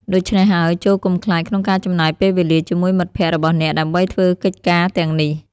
ដូច្នេះហើយ ចូរកុំខ្លាចក្នុងការចំណាយពេលវេលាជាមួយមិត្តភក្តិរបស់អ្នកដើម្បីធ្វើកិច្ចការទាំងនេះ។